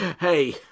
Hey